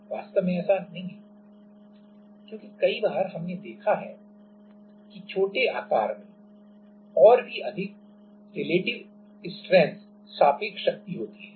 वास्तव में ऐसा नहीं है क्योंकि कई बार हमने देखा है कि छोटे आकार में और भी अधिक सापेक्ष शक्ति होती है